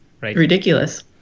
ridiculous